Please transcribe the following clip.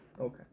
Okay